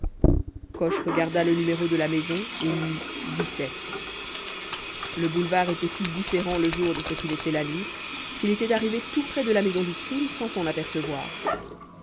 coche regarda le numéro de la maison et lut le boulevard était si différent le jour de ce qu'il était la nuit qu'il était arrivé tout près de la maison du crime sans s'en apercevoir